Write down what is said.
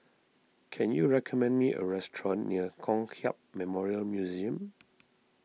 can you recommend me a restaurant near Kong Hiap Memorial Museum